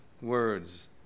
words